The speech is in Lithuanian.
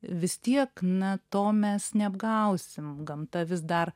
vis tiek na to mes neapgausim gamta vis dar